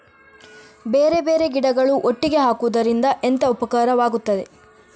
ಬೇರೆ ಬೇರೆ ಗಿಡಗಳು ಒಟ್ಟಿಗೆ ಹಾಕುದರಿಂದ ಎಂತ ಉಪಕಾರವಾಗುತ್ತದೆ?